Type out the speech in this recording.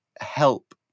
help